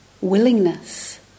Willingness